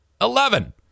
Eleven